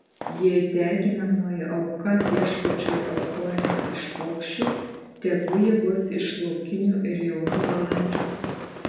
jei deginamoji auka viešpačiui aukojama iš paukščių tegu ji bus iš laukinių ir jaunų balandžių